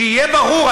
שיהיה ברור,